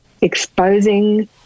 exposing